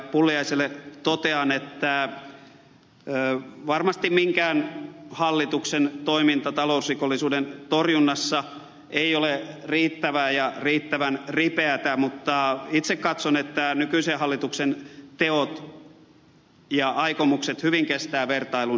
pulliaiselle totean että varmasti minkään hallituksen toiminta talousrikollisuuden torjunnassa ei ole riittävää ja riittävän ripeätä mutta itse katson että nykyisen hallituksen teot ja aikomukset hyvin kestävät vertailun edeltäjiin